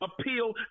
appeal